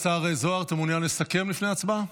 השר זוהר, אתה מעוניין לסכם לפני הצבעה?